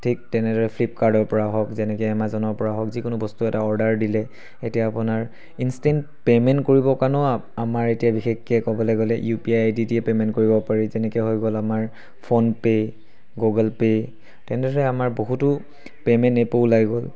ঠিক তেনেদৰে ফ্লিপকাৰ্টৰ পৰা হওক যেনেকৈ এমাজনৰ পৰা হওক যিকোনো বস্তু এটা অৰ্ডাৰ দিলে এতিয়া আপোনাৰ ইঞ্চটেণ্ট পে'মেণ্ট কৰিবৰ কাৰণেও আমাৰ এতিয়া বিশেষকৈ ক'বলৈ গ'লে U P I I D দি পে'মেণ্ট কৰিব পাৰি যেনেকৈ হৈ গ'ল আমাৰ ফোন পে' গুগল পে' তেনেদৰে আমাৰ বহুতো পে'মেণ্ট এপো ওলাই গ'ল